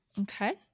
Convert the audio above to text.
okay